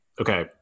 okay